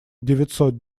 девятьсот